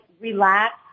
relax